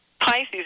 Pisces